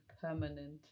permanent